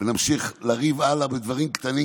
ונמשיך הלאה לריב על דברים קטנים,